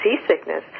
seasickness